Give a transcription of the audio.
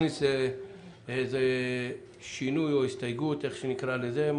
נכניס שינוי או הסתייגות, איך שנקרא לזה.